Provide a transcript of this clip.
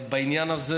בעניין הזה